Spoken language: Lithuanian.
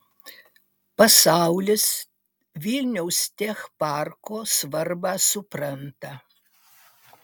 pasaulis vilniaus tech parko svarbą supranta